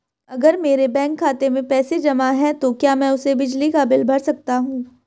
अगर मेरे बैंक खाते में पैसे जमा है तो क्या मैं उसे बिजली का बिल भर सकता हूं?